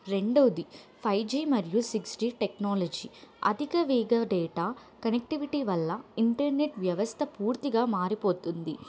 రెండోది five G మరియు six G technology అధిక వేగ డేటా కనెక్టివిటీ వల్ల ఇంటర్నెట్ వ్యవస్థ పూర్తిగా మారిపోతుంది